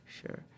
sure